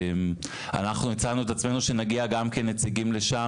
אנחנו הצענו את עצמנו שנגיע גם כנציגים לשם,